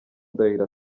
ndahiro